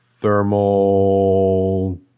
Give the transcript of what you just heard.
Thermal